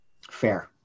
Fair